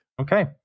Okay